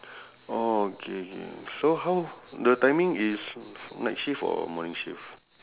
orh K K so how the timing is night shift or morning shift